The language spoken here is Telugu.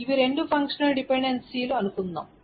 ఇవి రెండు ఫంక్షనల్ డిపెండెన్సీలు అనుకుందాం